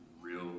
real